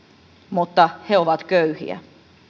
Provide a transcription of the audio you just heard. mutta he ovat köyhiä